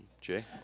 Jay